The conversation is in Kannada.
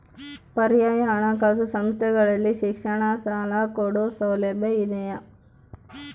ಪರ್ಯಾಯ ಹಣಕಾಸು ಸಂಸ್ಥೆಗಳಲ್ಲಿ ಶಿಕ್ಷಣ ಸಾಲ ಕೊಡೋ ಸೌಲಭ್ಯ ಇದಿಯಾ?